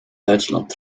duitsland